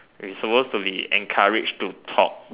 we suppose to be encouraged to talk